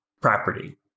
property